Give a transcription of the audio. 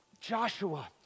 Joshua